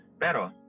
Pero